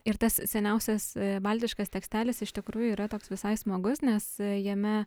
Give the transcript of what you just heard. ir tas seniausias baltiškas tekstelis iš tikrųjų yra toks visai smagus nes jame